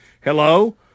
hello